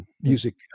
music